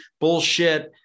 bullshit